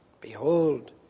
Behold